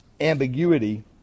ambiguity